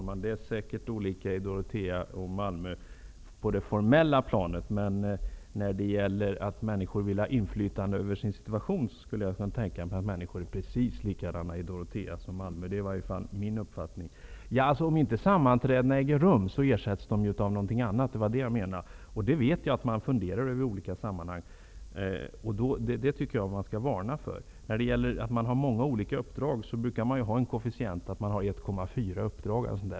Herr talman! Dorotea och Malmö är säkert olika på det formella planet. Men när det gäller att människor vill ha inflytande över sin situation, skulle jag kunna tänka mig att människor är precis likadana i Dorotea som i Malmö. Det är i varje fall min uppfattning. Om inte sammanträdena äger rumm ersätts de ju av något annat. Det var detta som jag menade. Jag vet att man funderar över detta i olika sammanhang. Det tycker jag att man skall varna för. När det gäller frågan om att samma personer har många olika uppdrag brukar man räkna med en koefficient på 1,4 uppdrag.